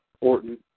Orton